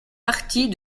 partie